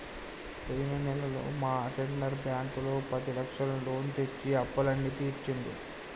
పోయిన నెలలో మా అటెండర్ బ్యాంకులో పదిలక్షల లోను తెచ్చి అప్పులన్నీ తీర్చిండు